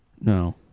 No